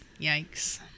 Yikes